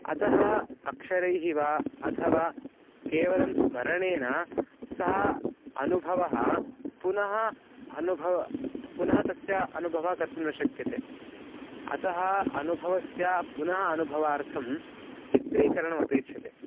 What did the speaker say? अतः अक्षरैः वा अथवा केवलं स्मरणेन सः अनुभवः पुनः अनुभवः पुनः तस्य अनुभवः कर्तुं न शक्यते अतः अनुभवस्य पुनः अनुभवार्थं चित्रीकरणम् अपेक्षते